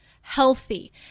healthy